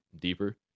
deeper